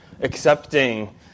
accepting